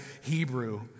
Hebrew